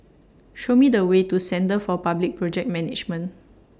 Show Me The Way to Centre For Public Project Management